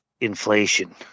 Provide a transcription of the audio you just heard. inflation